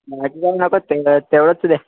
तेवढंच द्या